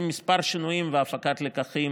עם כמה שינויים והפקת לקחים